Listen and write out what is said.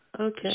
okay